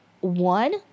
one